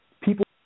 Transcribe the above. People